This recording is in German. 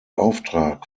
auftrag